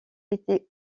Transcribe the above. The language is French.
été